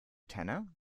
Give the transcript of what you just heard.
tenner